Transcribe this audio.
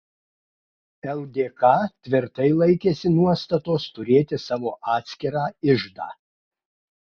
ldk tvirtai laikėsi nuostatos turėti savo atskirą iždą